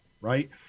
right